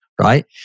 right